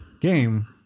game